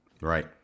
Right